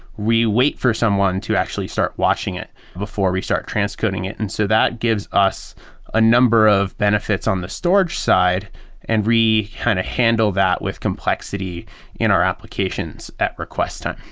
we wait for someone to actually start watching it before we started transcoding it. and so that gives us a number of benefits on the storage side and we kind of handle that with complexity in our applications at request time.